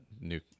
new